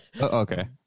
Okay